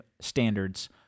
standards